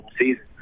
season